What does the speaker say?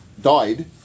died